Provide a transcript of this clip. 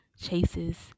chases